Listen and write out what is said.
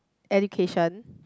education